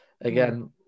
again